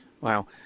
Wow